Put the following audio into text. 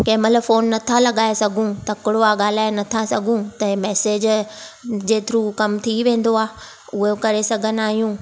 कंहिं महिल फोन नथा लॻाए सघूं तकिड़ो आहे ॻाल्हाए नथा सघूं त इहो मैसेज जे थ्रू कम थी वेंदो आहे उहो करे सघंदा आहियूं